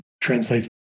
translates